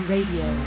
Radio